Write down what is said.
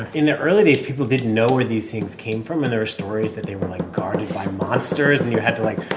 in the early days, people didn't know where these things came from. and there were stories that they were, like, guarded by monsters. and you had to, like,